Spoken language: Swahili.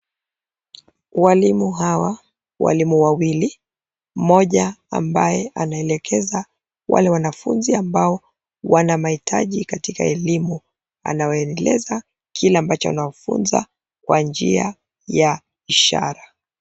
Walimu hawa; walimu wawili, moja ambaye anaelekeza wale wanafunzi ambao wana mahitaji katika elimu. Anawaeleza kile ambacho anawafunza kwa njia ya ishara.